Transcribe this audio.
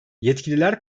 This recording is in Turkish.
yetkililer